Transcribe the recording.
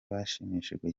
bashimishijwe